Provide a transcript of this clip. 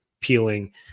peeling